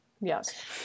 Yes